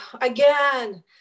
again